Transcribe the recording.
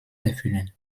erfüllen